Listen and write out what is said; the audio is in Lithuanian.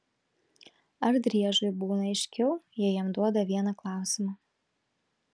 ar driežui būna aiškiau jei jam duoda vieną klausimą